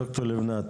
ד"ר לבנה,